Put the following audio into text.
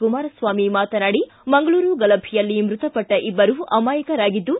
ಕುಮಾರಸ್ವಾಮಿ ಮಾತನಾಡಿ ಮಂಗಳೂರು ಗಲಭೆಯಲ್ಲಿ ಮೃತಪಟ್ಟ ಇಬ್ಬರೂ ಅಮಾಯಕರಾಗಿದ್ದು